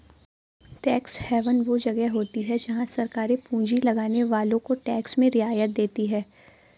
tax haven वो जगह होती हैं जहाँ सरकारे पूँजी लगाने वालो को टैक्स में रियायत देती हैं